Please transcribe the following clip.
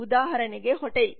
ಉದಾಹರಣೆಗೆ ಹೋಟೆಲ್